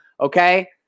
Okay